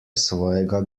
svojega